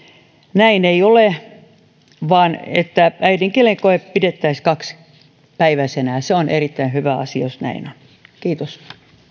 näin ei ole vaan että äidinkielen koe pidettäisiin kaksipäiväisenä ja on erittäin hyvä asia jos näin on kiitos